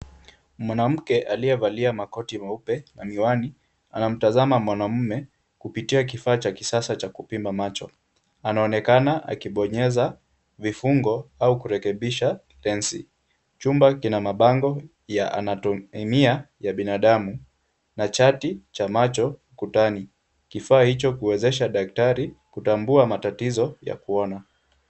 Mwanamke aliyevalia makoti meupe na miwani anamtazama mwanamume kupitia kifaa cha kisasa cha kupima macho, anaonekana akibonyeza vifungo au kurekebisha pensi, chumba kina mabango anayotumia ya binadamu na chati cha macho kutani. Kifaa hicho huezesha daktari kutambua matatizo ya kuona.